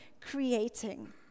creating